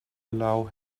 allow